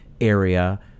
area